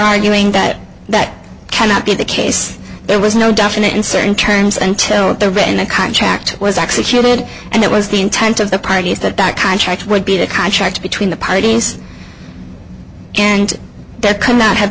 arguing that that cannot be the case there was no definite uncertain terms until the written a contract was executed and it was the intent of the parties that that contract would be the contract between the parties and that could not have